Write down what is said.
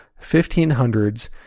1500s